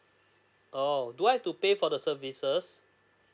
oo do I have to pay for the services